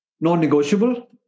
non-negotiable